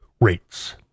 rates